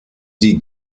die